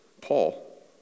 Paul